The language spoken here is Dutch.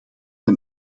een